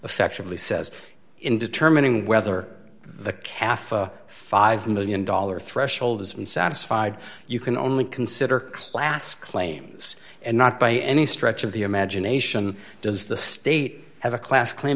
affectionally says in determining whether the calf a five million dollars threshold isn't satisfied you can only consider class claims and not by any stretch of the imagination does the state have a class claim